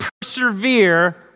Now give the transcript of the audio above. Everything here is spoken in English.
persevere